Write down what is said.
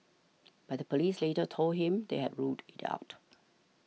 but the police later told him they had ruled it out